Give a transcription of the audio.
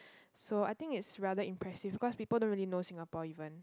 so I think is rather impressive because people don't really know Singapore even